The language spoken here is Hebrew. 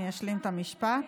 אני אשלים את המשפט.